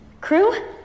crew